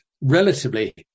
relatively